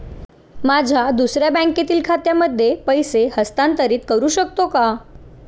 माझ्या दुसऱ्या बँकेतील खात्यामध्ये पैसे हस्तांतरित करू शकतो का?